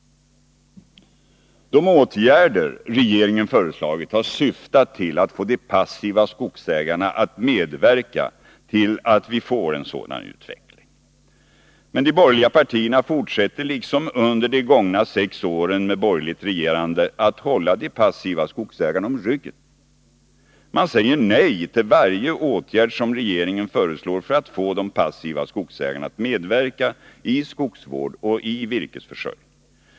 De åtgärder regeringen föreslagit har syftat till att få de passiva skogsägarna att medverka till att vi får en sådan utveckling. Men de borgerliga partierna fortsätter liksom under de gångna sex åren med borgerligt regerande att hålla de passiva skogsägarna om ryggen. Man säger nej till varje åtgärd som regeringen föreslår för att få de passiva skogsägarna att medverka i skogsvård och i virkesförsörjning.